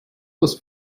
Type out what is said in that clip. was